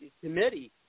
committee